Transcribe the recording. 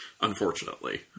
Unfortunately